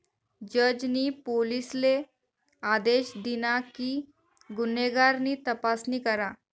जज नी पोलिसले आदेश दिना कि गुन्हेगार नी तपासणी करा